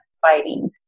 fighting